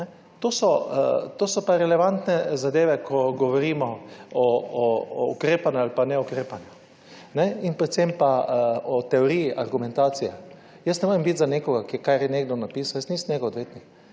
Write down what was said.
To so pa relevantne zadeve, ko govorimo o ukrepanju ali pa neukrepanju. In predvsem pa o teoriji argumentacije. Jaz ne morem biti za nekoga, kar je nekdo napisal. Jaz nisem njegov odvetnik.